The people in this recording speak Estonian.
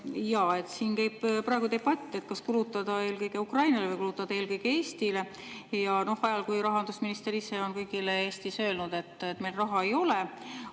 Aitäh! Siin käib praegu debatt, kas kulutada eelkõige Ukrainale või kulutada eelkõige Eestile, ajal, kui rahandusminister ise on kõigile Eestis öelnud, et meil raha ei ole.